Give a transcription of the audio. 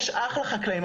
יש אחלה חקלאים,